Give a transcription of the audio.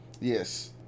yes